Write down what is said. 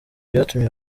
byatumye